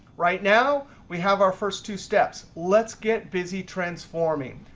right now, we have our first two steps. let's get busy transforming.